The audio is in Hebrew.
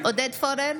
עודד פורר,